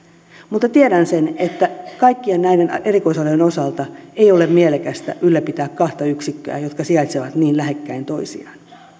mutta tiedän sen että kaikkien näiden erikoisalojen osalta ei ole mielekästä ylläpitää kahta yksikköä jotka sijaitsevat niin lähekkäin toisiaan